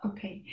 Okay